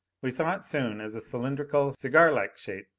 we saw it soon as a cylindrical, cigarlike shape,